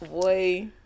boy